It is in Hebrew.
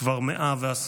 כבר 110 ימים.